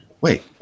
Wait